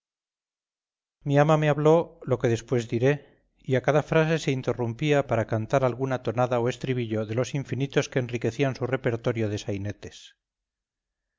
mi ama me habló lo que después diré y a cada frase se interrumpía para cantar alguna tonada o estribillo de los infinitos que enriquecían su repertorio de sainetes